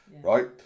right